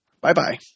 bye-bye